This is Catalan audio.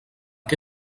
què